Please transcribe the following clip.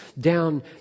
down